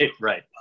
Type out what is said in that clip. right